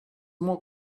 more